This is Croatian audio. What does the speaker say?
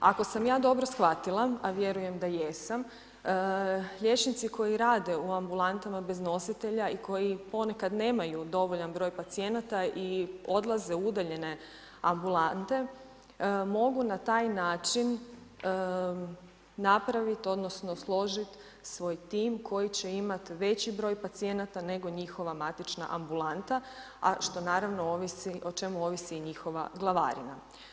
Ako sam ja dobro shvatila, a vjerujem da jesam, liječnici koji rade u ambulantama bez nositelja i koji ponekad nemaju dovoljan broj pacijenata i odlaze u udaljene ambulante, mogu na taj način napravit odnosno složit svoj tim koji će imat veći broj pacijenata nego njihova matična ambulanata, a što naravno ovisi, o čemu ovisi i njihova glavarina.